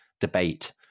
debate